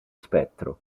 spettro